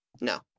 No